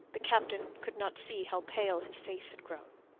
the captain could not see how pale his face had grown.